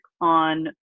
on